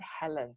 Helen